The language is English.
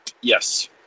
Yes